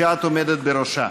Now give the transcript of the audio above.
שאת עומדת בראשה.